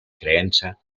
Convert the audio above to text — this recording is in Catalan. creença